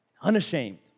unashamed